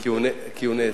כי הוא נעצר.